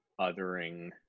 othering